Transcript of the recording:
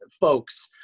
folks